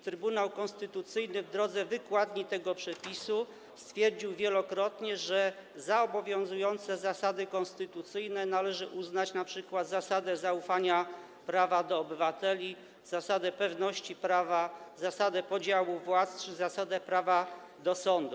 Trybunał Konstytucyjny w drodze wykładni tego przepisu wielokrotnie stwierdził, że za obowiązujące zasady konstytucyjne należy uznać np. zasadę zaufania obywateli do prawa, zasadę pewności prawa, zasadę podziału władz czy zasadę prawa do sądu.